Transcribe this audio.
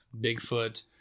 Bigfoot